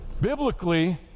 biblically